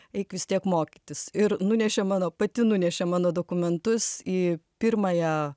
eik vis tiek mokytis ir nunešė mano pati nunešė mano dokumentus į pirmąją